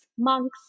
monks